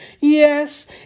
Yes